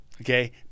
okay